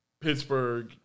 Pittsburgh